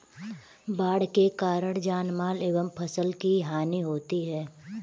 बाढ़ के कारण जानमाल एवं फसल की हानि होती है